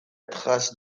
trace